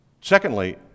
Secondly